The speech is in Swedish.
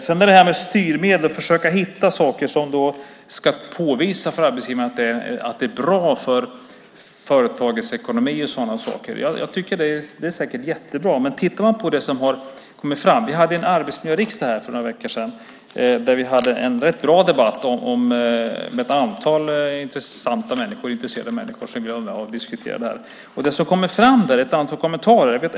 Sedan gällde det styrmedel och att försöka hitta saker som ska visa arbetsgivarna att det är bra för företagets ekonomi och sådana saker. Det är säkert jättebra, men man kan titta på det som har kommit fram. Vi hade en arbetsmiljöriksdag här för några veckor sedan där vi hade en rätt bra debatt med ett antal intresserade människor som diskuterade det här. Det kom där fram ett antal kommentarer.